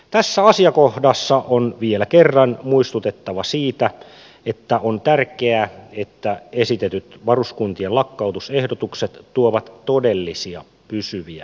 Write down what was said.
tässä asiakohdassa on vielä kerran muistutettava siitä että on tärkeä että esitetyt varuskuntien lakkautusehdotukset tuovat todellisia pysyviä säästöjä